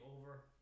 over